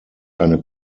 eine